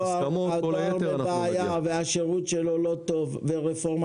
הדואר בבעיה והשירות שלו לא טוב ורפורמה